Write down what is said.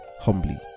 humbly